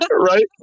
Right